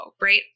right